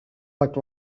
what